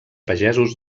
pagesos